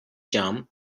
jam